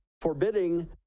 forbidding